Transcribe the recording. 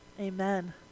amen